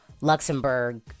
Luxembourg